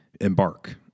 embark